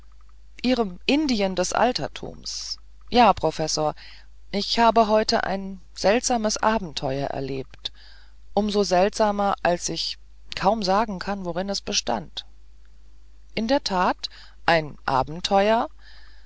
ihrem indien des altertums ja professor ich habe heute ein seltsames abenteuer erlebt um so seltsamer als ich kaum sagen kann worin es bestand in der tat ein abenteuer